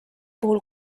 puhul